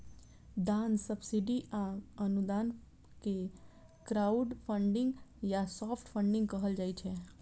दान, सब्सिडी आ अनुदान कें क्राउडफंडिंग या सॉफ्ट फंडिग कहल जाइ छै